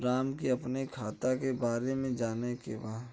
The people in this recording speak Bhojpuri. राम के अपने खाता के बारे मे जाने के बा?